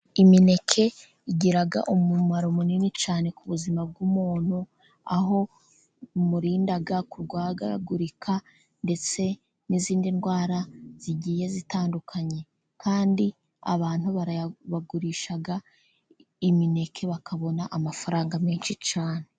Imineke igira umumaro munini cyane ku buzima bw'umuntu, aho imurinda kurwaragurika ndetse n'izindi ndwara zigiye zitandukanye, kandi abantu bagurisha imineke bakabona amafaranga menshi cyane.